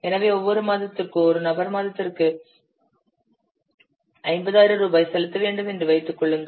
எனவே ஒவ்வொரு மாதத்திற்கும் ஒரு நபர் மாதத்திற்கு 50000 ரூபாய் செலுத்த வேண்டும் என்று வைத்துக் கொள்ளுங்கள்